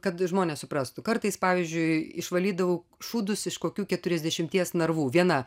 kad žmonės suprastų kartais pavyzdžiui išvalydavau šūdus iš kokių keturiasdešimties narvų viena